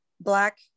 black